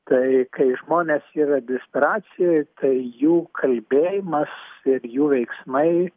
tai kai žmonės yra desperacijoj tai jų kalbėjimas ir jų veiksmai